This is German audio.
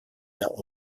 der